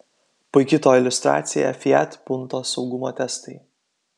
puiki to iliustracija fiat punto saugumo testai